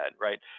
right